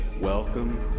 Welcome